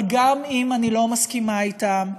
אבל גם אם אני לא מסכימה אתם,